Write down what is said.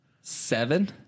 Seven